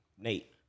Nate